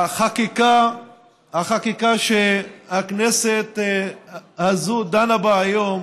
חבריי חברי הכנסת, החקיקה שהכנסת הזאת דנה בה היום